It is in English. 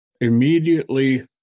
Immediately